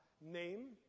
name